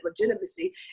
legitimacy